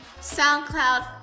SoundCloud